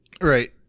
Right